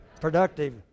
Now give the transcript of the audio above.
Productive